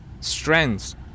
strengths